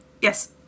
Yes